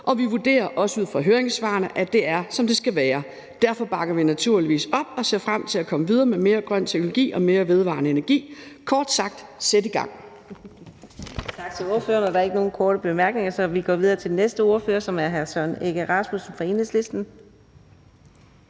og vi vurderer også ud fra høringssvarene, at det er, som det skal være. Derfor bakker vi naturligvis op og ser frem til at komme videre med mere grøn teknologi og mere vedvarende energi. Kort sagt: Sæt i gang!